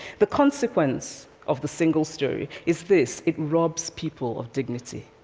the consequence of the single story is this it robs people of dignity.